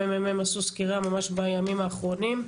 הממ"מ עשו סקירה ממש בימים האחרונים.